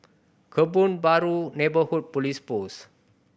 Kebun Baru Neighbourhood Police Post